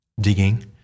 digging